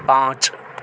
پانچ